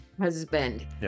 husband